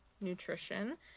nutrition